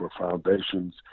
foundations